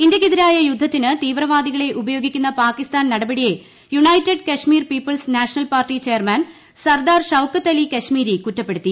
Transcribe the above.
ഇന്ത്യയ്ക്കെതിരായ യുദ്ധത്തിന് തീവ്രവാദികളെ ഉപയോഗിക്കുന്ന പാകിസ്ഥാൻ നടപടിയെ United Kashmir People's National Party chairman Sardar Shaukat Ali Kashmiri കുറ്റപ്പെടുത്തി